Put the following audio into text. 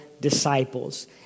disciples